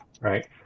right